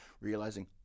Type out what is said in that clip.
realizing